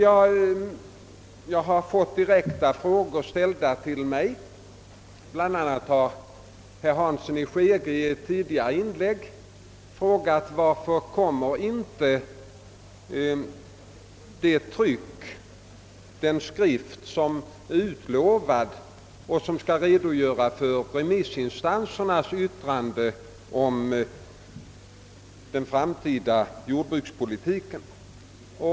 Jag har emellertid fått direkta frågor ställda till mig; bl.a. har herr Hansson i Skegrie i tidigare inlägg frågat, varför inte den skrift, som är utlovad och som skall redogöra för remissinstansernas yttranden om den framtida jordbrukspolitiken, kommer.